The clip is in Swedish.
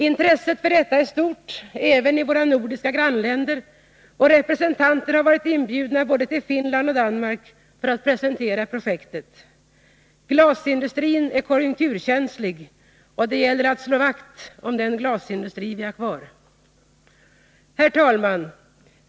Intresset för dessa ting är stort även i våra nordiska grannländer, och representanter har varit inbjudna till både Finland och Danmark för att presentera projektet. Glasindustrin är konjunkturkänslig, och det gäller att slå vakt om den glasindustri vi har kvar. Herr talman!